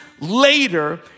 later